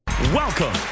Welcome